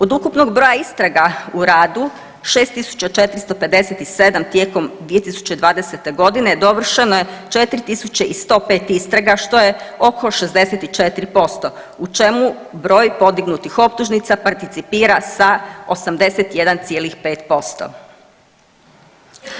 Od ukupnog broja istraga u radu, 6 457 tijekom 2020. g. dovršeno je 4 105 istraga, što je oko 64%, u čemu broj podignutih optužnica participira sa 81,5%